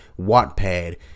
Wattpad